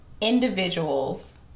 individuals